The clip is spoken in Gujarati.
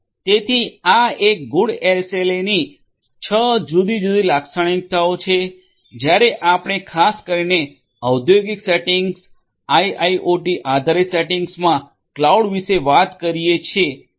તેથી આ એક ગુડ એસએલએની છ જુદી જુદી લાક્ષણિકતાઓ છે જ્યારે આપણે ખાસ કરીને ઔદ્યોગિક સેટિંગ આઇઆઇઓટી આધારિત સેટિંગમાં ક્લાઉડ વિશે વાત કરીએ છીએ ત્યારે